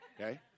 Okay